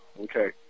okay